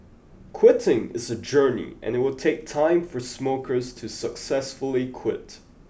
quitting is a journey and it will take time for smokers to successfully quit